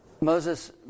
Moses